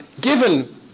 given